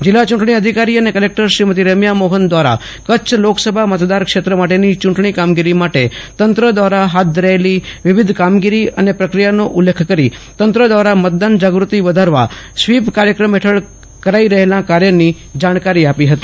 જિલ્લા ચૂંટણી અધિકારી અને કલેકટર શ્રીમતી રેમ્યા મોહન દ્વારા કચ્છ લોકસભા મતદારક્ષેત્ર માટેની ચૂંટણી કામગીરી માટે તંત્ર દ્વારા હાથ ધરાચેલી વિવિધ કામગીરી અને પ્રક્રિયાનો ઉલ્લેખ કરી તંત્ર દ્વારા મતદાન જાગૃતિ વધારવા સ્વીપ કાર્યક્રમ હેઠળ કરાઇ રહેલા કાર્યની જાણકારી આપી હતી